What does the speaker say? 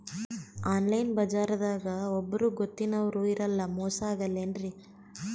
Online ಬಜಾರದಾಗ ಒಬ್ಬರೂ ಗೊತ್ತಿನವ್ರು ಇರಲ್ಲ, ಮೋಸ ಅಗಲ್ಲೆನ್ರಿ?